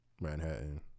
Manhattan